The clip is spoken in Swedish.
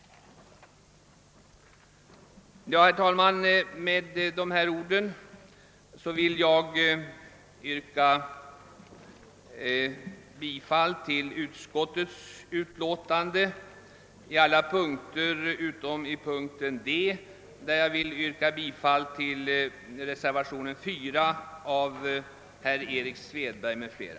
Herr talman! Med dessa ord vill jag yrka bifall till första lagutskottets förslag på alla punkter utom på punkten D, där jag vill yrka bifall till reservationen 4 av herr Erik Svedberg m.fl.